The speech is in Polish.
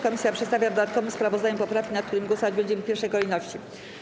Komisja przedstawia w dodatkowym sprawozdaniu poprawki, nad którymi głosować będziemy w pierwszej kolejności.